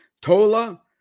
Tola